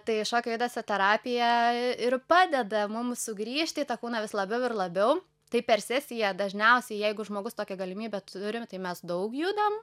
tai šokio judesio terapija ir padeda mum sugrįžt į tą kūną vis labiau ir labiau tai per sesiją dažniausiai jeigu žmogus tokią galimybę turime tai mes daug judam